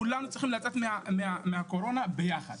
כולם צריכים לצאת מהקורונה ביחד.